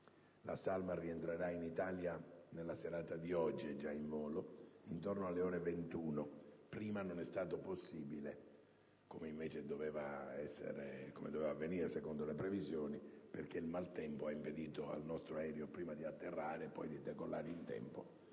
in volo, rientrerà in Italia nella serata di oggi, intorno alle ore 21: non è stato possibile prima, come invece doveva essere secondo le previsioni, perché il maltempo ha impedito al nostro aereo di atterrare e poi di decollare in tempo